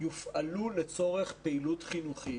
יופעלו לצורך פעילות חינוכית